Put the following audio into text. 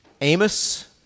Amos